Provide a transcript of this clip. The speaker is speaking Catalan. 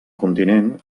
continent